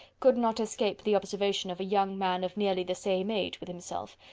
could not escape the observation of a young man of nearly the same age with himself,